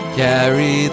carry